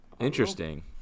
interesting